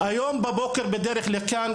היום בבוקר בדרך לכאן,